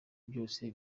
byose